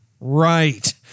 Right